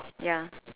ya